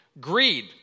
greed